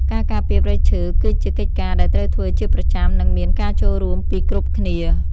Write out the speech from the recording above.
ការការពារព្រៃឈើគឺជាកិច្ចការដែលត្រូវធ្វើជាប្រចាំនិងមានការចូលរួមពីគ្រប់គ្នា។ការការពារព្រៃឈើគឺជាកិច្ចការដែលត្រូវធ្វើជាប្រចាំនិងមានការចូលរួមពីគ្រប់គ្នា។